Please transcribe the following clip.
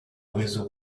réseau